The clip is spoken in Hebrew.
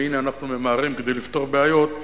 והנה אנחנו ממהרים כדי לפתור בעיות.